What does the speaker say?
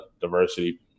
diversity